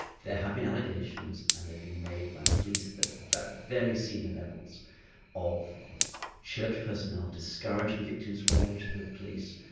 there have been allegations, and they've been made by police, that at very senior levels of church personnel discouraging victims from going to the police,